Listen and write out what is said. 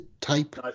type